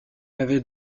avait